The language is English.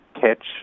catch